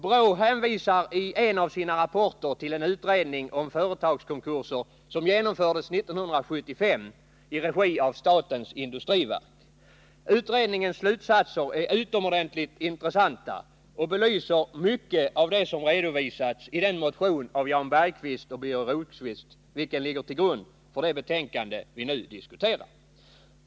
BRÅ hänvisar i en av sina rapporter till en utredning om företagskonkurser som genomfördes 1975 i regi av statens industriverk. Utredningens slutsatser är utomordentligt intressanta och belyser mycket av det som redovisats i den motion av Jan Bergqvist och Birger Rosqvist, vilken ligger till grund för det betänkande vi nu diskuterar.